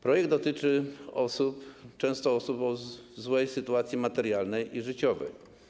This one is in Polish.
Projekt dotyczy często osób w złej sytuacji materialnej i życiowej.